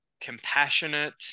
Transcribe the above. compassionate